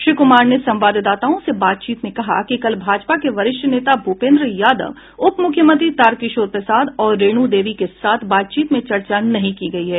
श्री कुमार ने संवाददाताओं से बातचीत में कहा कि कल भाजपा के वरिष्ठ नेता भूपेन्द्र यादव उप मुख्यमंत्री तारकिशोर प्रसाद और रेणू देवी के साथ बातचीत में चर्चा नहीं की गयी है